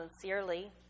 sincerely